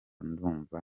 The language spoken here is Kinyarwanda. ndumva